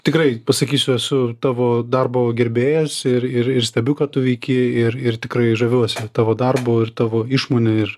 tikrai pasakysiu esu tavo darbo gerbėjas ir ir ir stebiu ką tu veiki ir ir tikrai žaviuosi tavo darbu ir tavo išmone ir